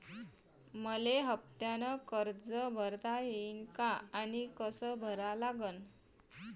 मले हफ्त्यानं कर्ज भरता येईन का आनी कस भरा लागन?